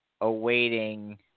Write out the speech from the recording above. awaiting